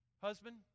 husband